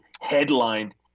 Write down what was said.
headlined